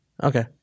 Okay